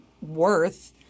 worth